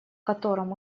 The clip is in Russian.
котором